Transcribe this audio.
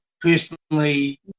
personally